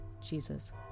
Jesus